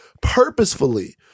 purposefully